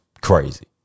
crazy